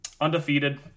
undefeated